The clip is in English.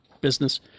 business